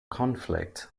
conflict